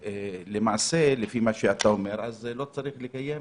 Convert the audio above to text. למעשה לפי מה שאתה אומר לא צריך לקיים